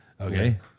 okay